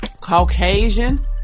Caucasian